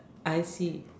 I see